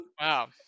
Wow